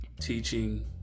Teaching